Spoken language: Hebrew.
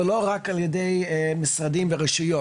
ולא רק על ידי משרדים ורשויות.